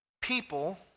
people